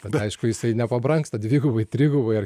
bet aišku jisai nepabrangsta dvigubai trigubai ar